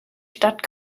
stadt